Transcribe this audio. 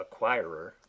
acquirer